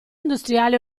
industriale